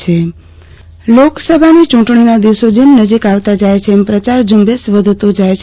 આરતી ભદ્દ પ્રચાર ઝુંબેશ લોકસભાની ચુંટણી નાં દિવસો જેમ નજીક આવતા જાય છે એમ પ્રચાર ઝુંબેશ વધતો જાય છે